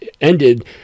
ended